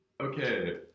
Okay